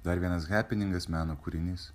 dar vienas hepeningas meno kūrinys